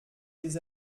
les